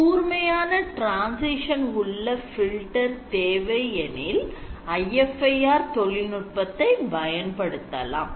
கூர்மையான transition உள்ள filter தேவை எனில் IFIR தொழில்நுட்பத்தை பயன்படுத்தலாம்